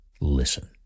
Listen